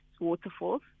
waterfalls